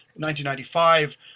1995